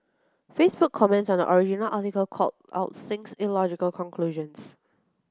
Facebook comments on the original article called out Singh's illogical conclusions